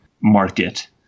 market